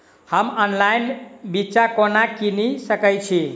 हम ऑनलाइन बिच्चा कोना किनि सके छी?